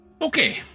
Okay